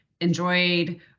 enjoyed